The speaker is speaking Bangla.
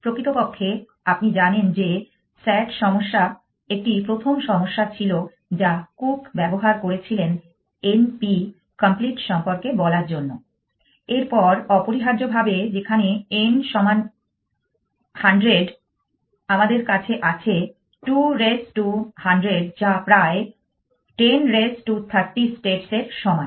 প্রকৃতপক্ষে আপনি জানেন যে SAT সমস্যা একটি প্রথম সমস্যা ছিল যা Cook ব্যবহার করেছিলেন N P complete সম্পর্কে বলার জন্য এর পর অপরিহার্যভাবে যেখানে n সমান 100 আমাদের কাছে আছে 2 রেজ টু 100 যা প্রায় 10 রেজ টু 30 স্টেটস এর সমান